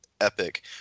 Epic